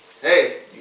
hey